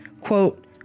quote